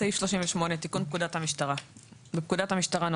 תיקון פקודת המשטרה 38.בפקודת המשטרה ,